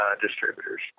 distributors